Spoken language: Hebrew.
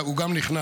הוא גם נכנע,